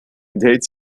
enthält